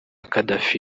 gaddafi